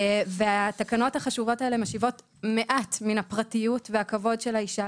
והתקנות החשובות האלה משיבות מעט מן הפרטיות והכבוד של האישה,